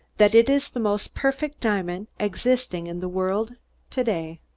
that it is the most perfect diamond existing in the world to-day.